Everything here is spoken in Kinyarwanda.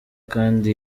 kandi